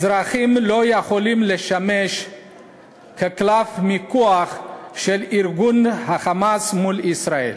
אזרחים לא יכולים לשמש כקלף מיקוח של ארגון ה"חמאס" מול ישראל.